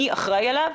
מי אחראי עליו,